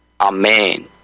Amen